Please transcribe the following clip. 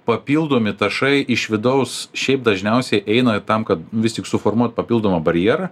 papildomi tašai iš vidaus šiaip dažniausiai eina tam kad vis tik suformuot papildomą barjerą